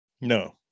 No